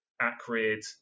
acrid